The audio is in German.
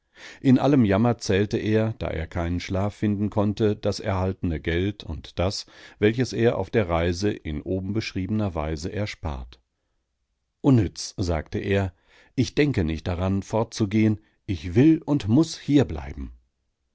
in allem jammer zählte er da er keinen schlaf finden konnte das erhaltene geld und das welches er auf der reise in oben beschriebener weise erspart unnütz sagte er ich denke nicht daran fortzugehen ich will und muß hier bleiben